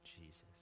Jesus